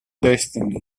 destiny